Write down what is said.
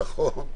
נכון.